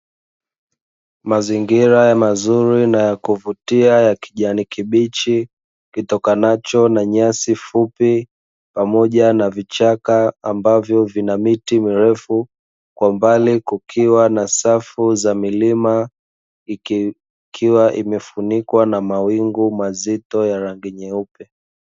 Mazingira ya mazuri na ya kuvutia ya kijani kibichi, itokanacho na nyasi fupi pamoja na vichaka ambavyo vina miti mirefu. Kwa mbali kukiwa na safu za milima, ikifikiwa imefunikwa na mawingu mazito ya rangi nyeupe.